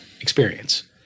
experience